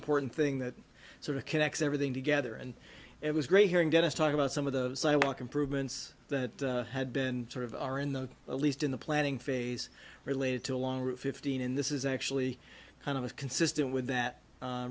important thing that sort of connects everything together and it was great hearing dennis talk about some of the sidewalk improvements that had been sort of are in the least in the planning phase related to long route fifteen in this is actually kind of consistent with that